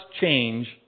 change